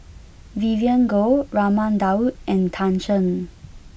Vivien Goh Raman Daud and Tan Shen